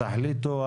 תחליטו,